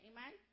Amen